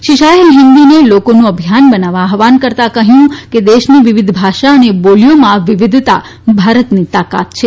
શ્રી શાહે હિન્દીને લોકોનું અભિયાન બનાવવા આહવાન કરતાં કહ્યું કે દેશની વિવિધ ભાષા અને બોલીઓમાં વિવિધતા ભારતની તાકાત છે